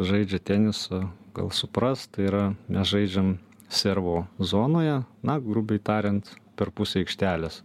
žaidžia tenisą gal supras tai yra mes žaidžiam servo zonoje na grubiai tariant per pusę aikštelės